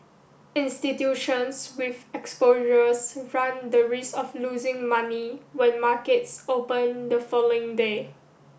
institutions with exposures run the risk of losing money when markets open the following day